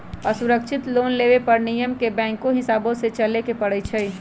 असुरक्षित लोन लेबे पर नियम के बैंकके हिसाबे से चलेए के परइ छै